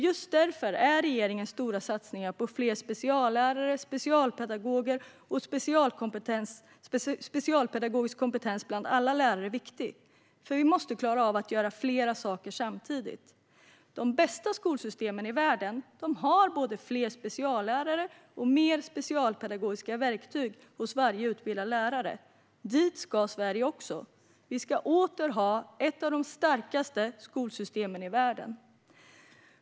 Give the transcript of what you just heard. Just därför är regeringens stora satsningar på fler speciallärare och specialpedagoger och på specialpedagogisk kompetens bland alla lärare viktiga. Vi måste klara av att göra flera saker samtidigt. De bästa skolsystemen i världen har både fler speciallärare och mer specialpedagogiska verktyg hos varje utbildad lärare. Dit ska Sverige också. Vi ska åter ha ett av de starkaste skolsystemen i världen.